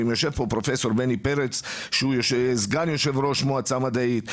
יושב פה פרופ' בני פרץ שהוא סגן יושב-ראש המועצה המדעית,